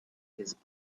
his